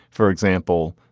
for example,